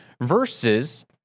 versus